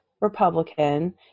republican